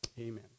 Amen